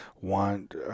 want